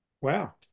Wow